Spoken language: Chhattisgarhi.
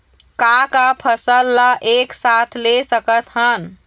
का का फसल ला एक साथ ले सकत हन?